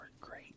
great